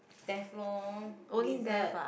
theft lor lizard